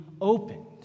opened